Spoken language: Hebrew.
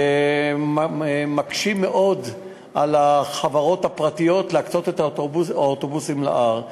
וזה יקשה מאוד על החברות הפרטיות להקצות את האוטובוסים להר,